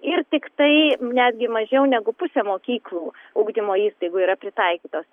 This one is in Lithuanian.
ir tiktai netgi mažiau negu pusė mokyklų ugdymo įstaigų yra pritaikytos